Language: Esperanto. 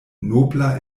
nobla